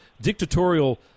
dictatorial